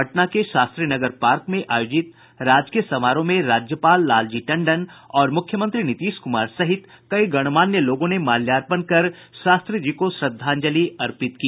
पटना के शास्त्री नगर पार्क में आयोजित राजकीय समारोह में राज्यपाल लालजी टंडन और मुख्यमंत्री नीतीश कुमार सहित कई गणमान्य लोगों ने माल्यार्पण कर शास्त्री जी को श्रद्धांजलि अर्पित की